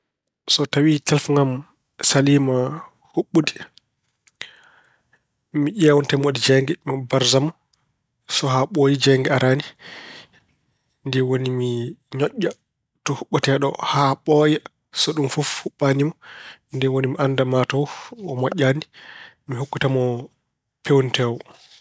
So tawi telefoŋ saliima huɓɓude mi ƴeewan tawi omo waɗi jeynge. Mi barasa mo. So haa ɓooyii jeynge araani ni woni mi ñoƴƴa to huɓɓatee ɗo haa ɓooya. So ɗum fof huɓɓaani mo, ni woni mi annda maa taw o moƴƴaani. Mi hokkitama peewnitoowo.